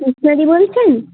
সুপ্রিয়াদি বলছেন